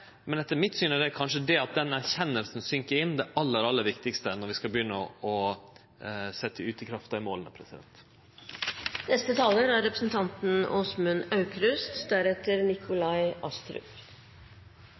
men etter mitt syn er kanskje det at den erkjenninga sig inn det aller viktigaste når vi skal begynne å setje i verk desse måla.